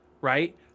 right